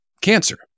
cancer